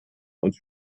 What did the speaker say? und